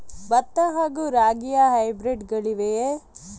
ಭತ್ತ ಹಾಗೂ ರಾಗಿಯ ಹೈಬ್ರಿಡ್ ಗಳಿವೆಯೇ?